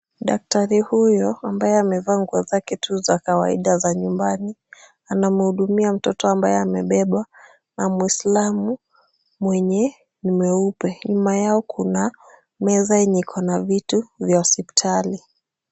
Daktari huyo ambaye amevaa nguo zake tu za kawaida za nyumbani, anamhudumia mtoto ambaye amebebwa na muislamu mwenye ni mweupe. Nyuma yao kuna meza yenye iko na vitu vya hospitali.